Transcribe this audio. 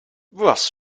was